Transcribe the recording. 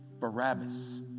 Barabbas